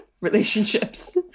relationships